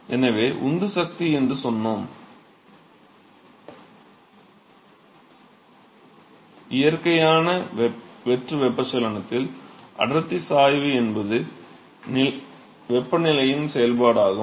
எனவே உந்து விசை என்று சொன்னோம் இயற்கையான வெற்று வெப்பச்சலனத்தில் அடர்த்தி சாய்வு என்பது வெப்பநிலையின் செயல்பாடாகும்